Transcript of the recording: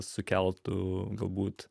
sukeltų galbūt